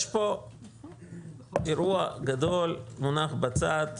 יש פה אירוע גדול שמונח בצד,